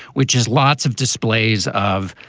which is lots of displays of,